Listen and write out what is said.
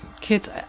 kids